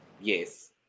Yes